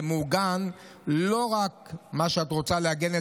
זה מעוגן לא רק במה שאת רוצה לעגן,